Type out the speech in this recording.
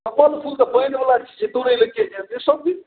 अपन फूल तऽ पानिवला छिए तोड़ैलए के जएतै यौ सबदिन